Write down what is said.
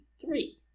three